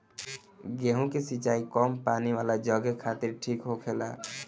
गेंहु के सिंचाई कम पानी वाला जघे खातिर ठीक होखेला